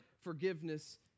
forgiveness